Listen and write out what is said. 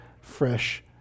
fresh